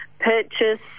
purchase